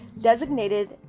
designated